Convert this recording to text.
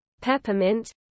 peppermint